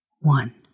one